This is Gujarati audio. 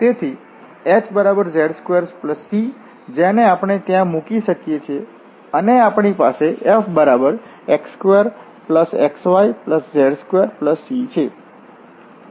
તેથી hz2c જેને આપણે ત્યાં મૂકી શકીએ છીએ અને આપણી પાસે fx2xyz2c છે